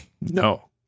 No